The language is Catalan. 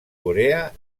corea